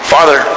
Father